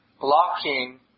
blocking